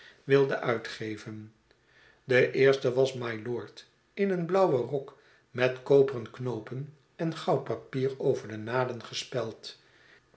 wilde uitgeven de eerste was mylord in een blauwen rok met koperen knoopen en goudpapier over de naden gespeld